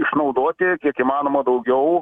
išnaudoti kiek įmanoma daugiau